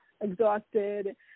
exhausted